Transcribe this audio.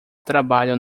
trabalham